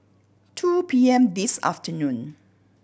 two P M this afternoon